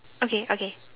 okay okay